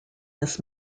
this